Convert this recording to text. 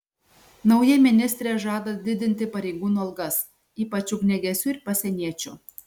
nauja ministrė žada didinti pareigūnų algas ypač ugniagesių ir pasieniečių